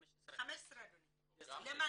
2015. גם